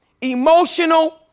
emotional